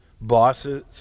bosses